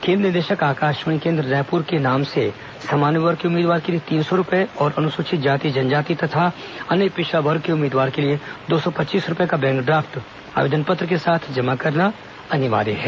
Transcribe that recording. केन्द्र निदेशक आकाशवाणी केन्द्र रायपुर के नाम से सामान्य वर्ग के उम्मीदवार के लिए तीन सौ रूपए और अनुसूचित जाति जनजाति तथा अन्य पिछड़ा वर्ग के उम्मीदवार के लिए दो सौ पच्चीस रूपये का बैंक ड्राफ्ट आवेदन पत्र के साथ जमा करना अनिवार्य है